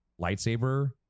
lightsaber